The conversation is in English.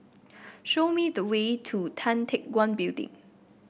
show me the way to Tan Teck Guan Building